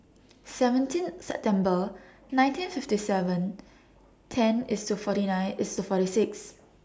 seventeen September nineteen fifty seven ten IS to forty nine IS to forty six